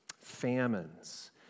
famines